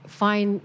find